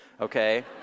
okay